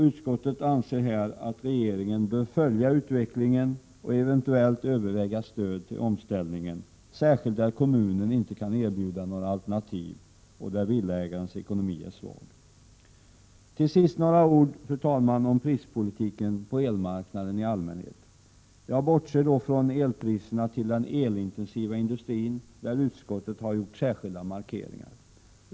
Utskottet anser att regeringen bör följa utvecklingen på detta område och eventuellt överväga stöd till omställningen, särskilt i de fall då kommunen inte kan erbjuda några alternativ och där villaägarens ekonomi är a svag. Fru talman! Till sist några ord om prispolitiken på elmarknaden i allmänhet. Jag bortser i detta sammanhang från elpriserna för den elintensiva industrin, där utskottet har gjort särskilda markeringar.